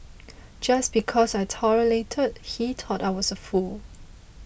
just because I tolerated he thought I was a fool